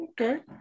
Okay